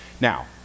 Now